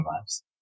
lives